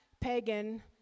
pagan